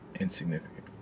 insignificant